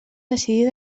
decidir